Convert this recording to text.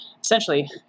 essentially